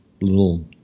little